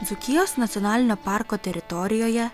dzūkijos nacionalinio parko teritorijoje